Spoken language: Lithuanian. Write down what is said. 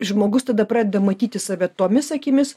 žmogus tada pradeda matyti save tomis akimis